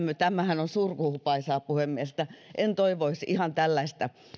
tämähän on surkuhupaisaa puhemies en toivoisi ihan tällaista